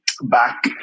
back